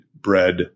bread